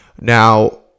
Now